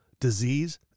disease